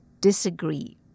disagree